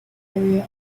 area